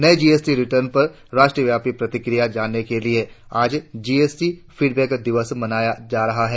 नये GST return पर राष्ट्रव्यापी प्रतिक्रिया जानने के लिए आज जीएसटी फीडबैक दिवस मनाया जा रहा है